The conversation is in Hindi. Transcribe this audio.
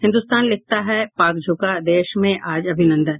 हिन्दुस्तान लिखता है पाक झुका देश में आज अभिनंदन